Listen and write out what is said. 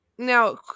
Now